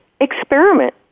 experiment